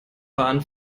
bahn